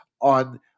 on